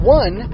one